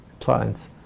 clients